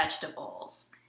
vegetables